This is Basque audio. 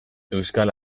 euskal